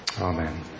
Amen